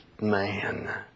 man